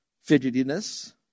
fidgetiness